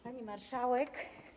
Pani Marszałek!